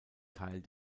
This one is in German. teil